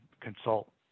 consult